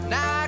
Now